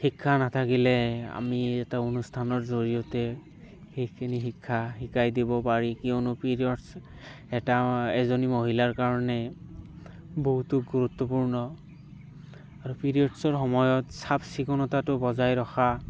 শিক্ষা নাথাকিলে আমি এটা অনুষ্ঠানৰ জৰিয়তে সেইখিনি শিক্ষা শিকাই দিব পাৰি কিয়নো পিৰিয়ডচ এটা এজনী মহিলাৰ কাৰণে বহুতো গুৰুত্বপূৰ্ণ আৰু পিৰিয়ডচৰ সময়ত চাফ চিকুণতাটো বজাই ৰখা